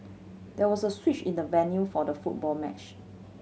there was a switch in the venue for the football match